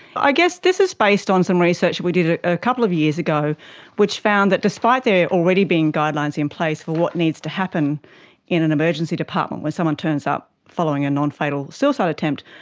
ah this is based on some research that we did ah a couple of years ago which found that despite there already being guidelines in place for what needs to happen in an emergency department when someone turns up following a non-fatal suicide attempt,